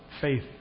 faith